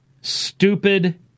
stupid